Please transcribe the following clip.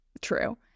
true